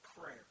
prayer